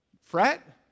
Fret